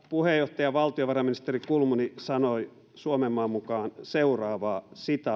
puheenjohtaja valtiovarainministeri kulmuni sanoi suomenmaan mukaan seuraavaa